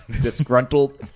disgruntled